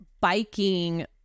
biking